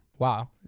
Wow